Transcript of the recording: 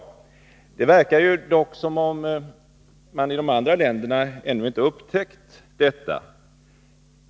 Det verkar dock som om man i de andra länderna ännu inte upptäckt detta.